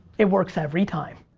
it works every time.